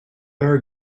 are